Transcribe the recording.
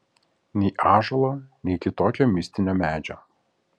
nei ąžuolo nei kitokio mistinio medžio